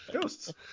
Ghosts